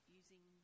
using